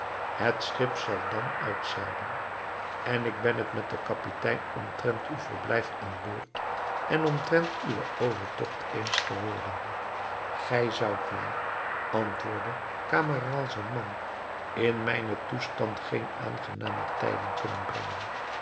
het schip zal dan uitzeilen en ik ben het met den kapitein omtrent uw verblijf aan boord en omtrent uwen overtogt eens geworden gij zoudt mij antwoordde camaralzaman in mijnen toestand geene aangenamer tijding kunnen brengen